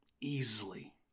easily